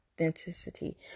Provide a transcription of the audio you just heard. authenticity